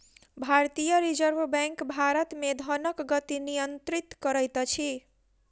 भारतीय Reserve Bank Bharat मे धनक गति नियंत्रित करैत अछि